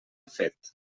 fet